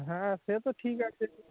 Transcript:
হ্যাঁ সে তো ঠিক আছে